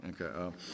Okay